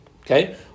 Okay